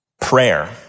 Prayer